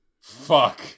Fuck